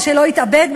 ושלא יתאבד,